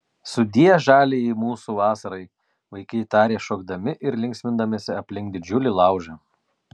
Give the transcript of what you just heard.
sudie žaliajai mūsų vasarai vaikai tarė šokdami ir linksmindamiesi aplink didžiulį laužą